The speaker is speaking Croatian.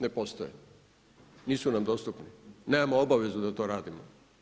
Ne postoje, nisu nam dostupni, nemamo obavezu da to radimo.